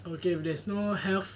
okay there's no health